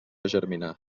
germinar